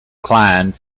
klein